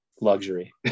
luxury